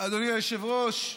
אדוני היושב-ראש,